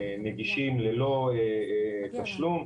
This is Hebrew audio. נגישים ללא תשלום.